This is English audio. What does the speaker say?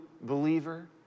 believer